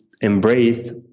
embrace